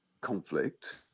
conflict